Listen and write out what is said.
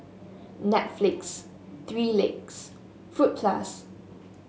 Netflix Three Legs Fruit Plus